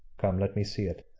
come let me see it.